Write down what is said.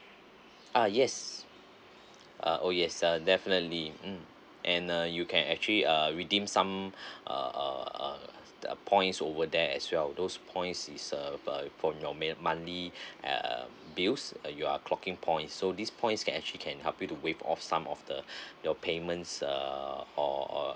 ah yes uh oh yes uh definitely mm and uh you can actually uh redeem some uh uh uh the points over there as well those points is uh uh from mo~ monthly err bills uh you are clocking points so these points can actually can help you waive off some of the your payments uh or err